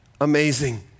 amazing